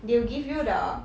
they will give you the